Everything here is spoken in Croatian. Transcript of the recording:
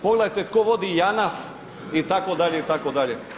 Pogledajte tko vodi JANAF itd., itd.